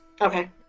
Okay